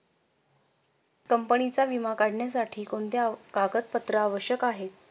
कंपनीचा विमा काढण्यासाठी कोणते कागदपत्रे आवश्यक आहे?